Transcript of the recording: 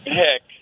heck